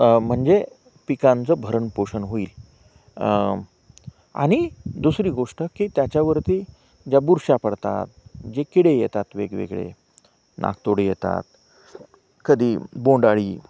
म्हणजे पिकांचं भरणपोषण हुईल आणि दुसरी गोष्ट की त्याच्यावरती ज्या बुरशी पडतात जे किडे येतात वेगवेगळे नाकतोडे येतात कधी बोंडआळी